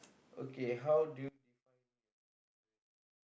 okay how do you define your success